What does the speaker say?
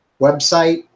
website